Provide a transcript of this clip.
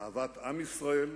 אהבת עם ישראל,